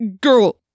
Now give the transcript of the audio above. girl